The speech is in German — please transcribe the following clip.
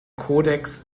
codex